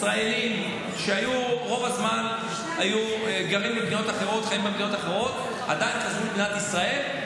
ישראלים שרוב הזמן היו גרים במדינות אחרות עדיין חזרו למדינת ישראל,